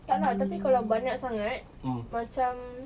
tak nak tetapi kalau banyak sangat macam